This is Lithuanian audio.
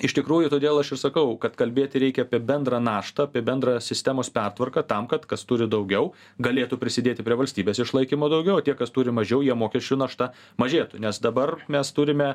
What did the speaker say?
iš tikrųjų todėl aš ir sakau kad kalbėti reikia apie bendrą naštą apie bendrą sistemos pertvarką tam kad kas turi daugiau galėtų prisidėti prie valstybės išlaikymo daugiau tie kas turi mažiau jiem mokesčių našta mažėtų nes dabar mes turime